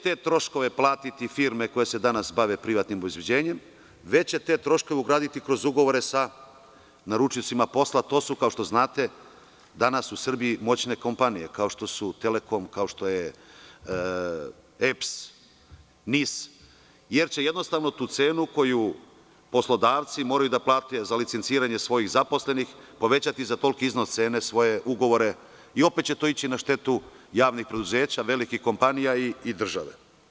Neće te troškove platiti firme koje se danas bave privatnim obezbeđenjem, već će te troškove ugraditi kroz ugovore sa naručiocima posla, to su kao što znate danas u Srbiji moćne kompanije kao što su „Telekom“, kao što je EPS, NIS, jer će jednostavno tu cenu koju poslodavci moraju da plate za licenciranje svojih zaposlenih, povećati za toliki iznos cene svoje ugovore i opet će to ići na štetu javnih preduzeća, velikih kompanija i države.